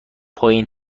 پایین